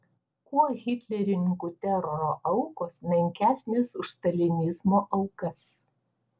kuo hitlerininkų teroro aukos menkesnės už stalinizmo aukas